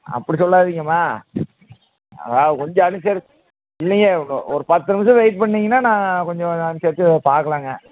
அப்படி சொல்லாதிங்கம்மா அம்மா கொஞ்சம் அனுசரிச்சு இல்லைங்க ஒரு ஒரு பத்து நிமிஷம் வெயிட் பண்ணிங்கன்னால் நான் கொஞ்சம் அனுசரிச்சு பார்க்கலாங்க